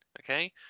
okay